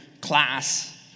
class